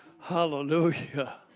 Hallelujah